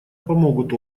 помогут